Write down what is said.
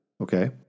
okay